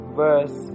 verse